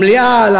למליאה,